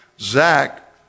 zach